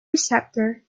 receptor